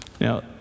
Now